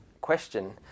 question